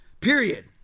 Period